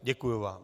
Děkuju vám.